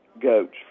goats